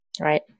Right